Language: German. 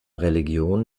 religion